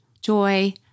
joy